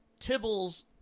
Tibbles